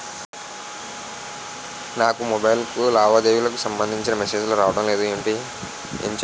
నాకు మొబైల్ కు లావాదేవీలకు సంబందించిన మేసేజిలు రావడం లేదు ఏంటి చేయాలి?